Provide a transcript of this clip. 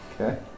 Okay